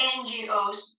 NGOs